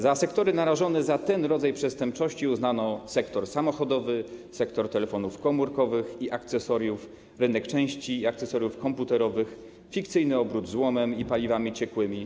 Za sektory narażone na ten rodzaj przestępczości uznano sektor samochodowy, sektor telefonów komórkowych i akcesoriów, rynek części i akcesoriów komputerowych, fikcyjny obrót złomem i paliwami ciekłymi.